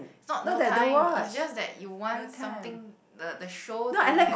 not no time it's just that you want something the the show to have